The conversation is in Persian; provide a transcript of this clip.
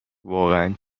واقعن